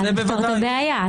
ואז נפתור את הבעיה.